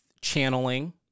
channeling